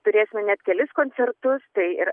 turėsime net kelis koncertus tai ir